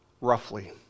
roughly